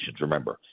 Remember